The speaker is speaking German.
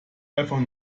einfach